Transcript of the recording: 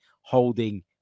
Holding